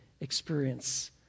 experience